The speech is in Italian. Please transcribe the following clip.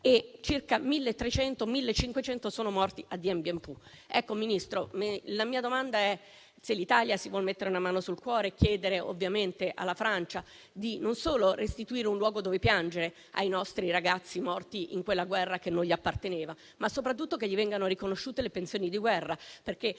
e circa 1.300-1.500 sono morti a Dien Bien Phu. Ecco, Ministro, le chiedo se l'Italia si vuole mettere una mano sul cuore e chiedere ovviamente alla Francia non solo di restituire un luogo dove poter piangere i nostri ragazzi morti in quella guerra che non apparteneva loro, ma soprattutto che vengano loro riconosciute le pensioni di guerra.